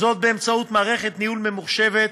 באמצעות מערכת ניהול ממוחשבת